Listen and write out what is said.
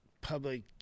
public